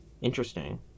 interesting